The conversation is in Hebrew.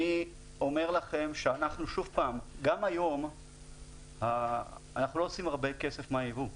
אני אומר לכם שאנחנו לא עושים הרבה כסף מהיבוא.